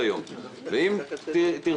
היום אנחנו כבר חברות טובות מאוד ויש לנו שיתופי פעולה,